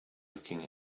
looking